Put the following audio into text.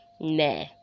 Nah